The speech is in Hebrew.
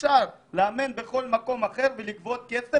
שאפשר לאמן בכל מקום אחר ולגבות כסף,